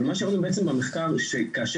אבל מה שראינו בעצם במחקר זה שבעצם